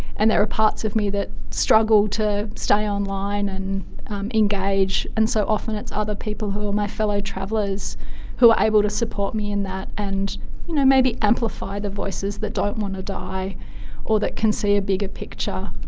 and there are parts of me that struggle to stay online and engage. and so often it's other people who are my fellow travellers who are able to support me in that and you know maybe amplify the voices that don't want to die or that can see a bigger picture.